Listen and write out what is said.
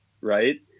right